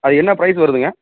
அது என்ன ப்ரைஸ் வருதுங்க